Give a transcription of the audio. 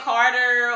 Carter